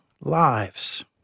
lives